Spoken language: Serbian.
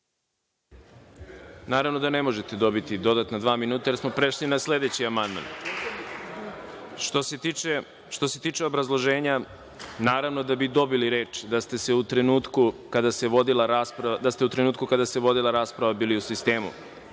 Naravno da ne možete dobiti dodatna dva minuta jer smo prešli na sledeći amandman. Što se tiče obrazloženja, naravno da bi dobili reč da ste se u trenutku kada se vodila rasprava bili u sistemu.